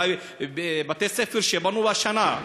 בבתי-ספר שבנו השנה,